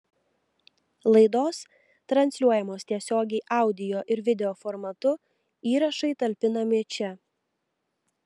laidos transliuojamos tiesiogiai audio ir video formatu įrašai talpinami čia